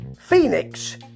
Phoenix